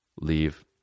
leave